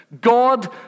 God